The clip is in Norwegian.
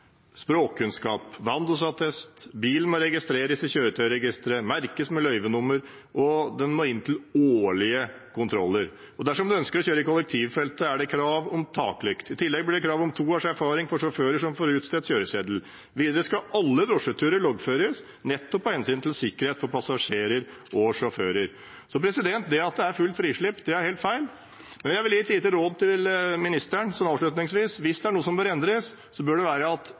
språkkunnskap og vandelsattest. Bilen må registreres i kjøretøyregisteret, merkes med løyvenummer og inn til årlige kontroller. Og dersom en ønsker å kjøre i kollektivfeltet, er det krav om taklykt. I tillegg blir det et krav om to års erfaring for sjåfører som får utstedt kjøreseddel. Videre skal alle drosjeturer loggføres, nettopp av hensyn til sikkerhet for passasjerer og sjåfører. Det at det er fullt frislipp, er helt feil. Jeg vil avslutningsvis gi et lite råd til statsråden: Hvis det er noe som bør endres , bør det være at